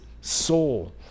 soul